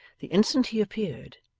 the instant he appeared,